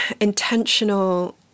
intentional